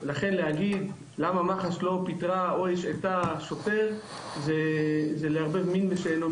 לכן להגיד למה מח"ש לא פיטרה או השעתה שוטר זה לערבב מין בשאינו מינו.